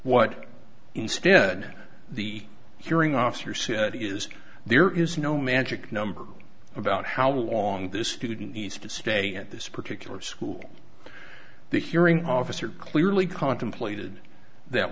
instead the hearing officer said is there is no magic number about how long this student needs to stay at this particular school the hearing officer clearly contemplated that